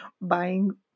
buying